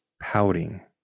pouting